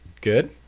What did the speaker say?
Good